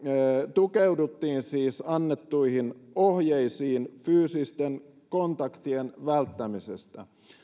tukeuduttiin annettuihin ohjeisiin fyysisten kontaktien välttämisestä